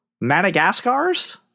Madagascar's